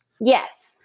yes